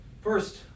First